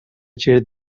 gir